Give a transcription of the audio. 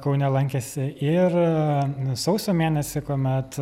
kaune lankėsi ir sausio mėnesį kuomet